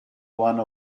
one